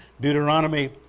Deuteronomy